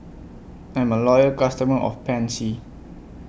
I'm A Loyal customer of Pansy